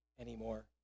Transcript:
anymore